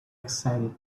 excited